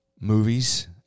movies